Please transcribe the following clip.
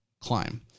climb